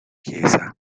chiesa